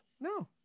No